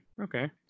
Okay